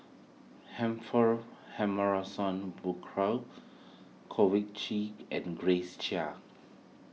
Humphrey Burkill Chi and Grace Chia